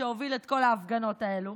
שהוביל את כל ההפגנות האלה?